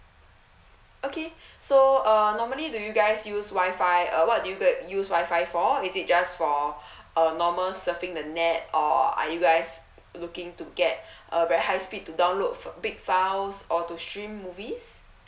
okay so uh normally do you guys use WI-FI uh what do you use WI-FI for is it just for uh normal surfing the net or are you guys looking to get a very high speed to download f~ big files or to stream movies